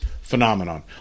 phenomenon